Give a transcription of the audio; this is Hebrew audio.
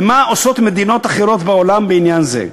מה עושות מדינות אחרות בעולם בעניין זה.